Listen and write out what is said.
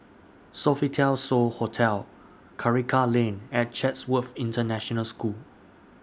Sofitel So Hotel Karikal Lane and Chatsworth International School